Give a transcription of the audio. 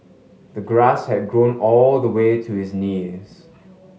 the grass had grown all the way to his knees